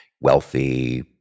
wealthy